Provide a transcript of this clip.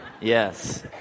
Yes